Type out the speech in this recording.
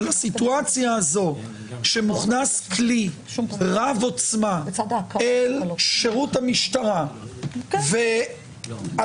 אבל הסיטואציה הזו שמוכנס כלי רב עוצמה אל שירות המשטרה והדבר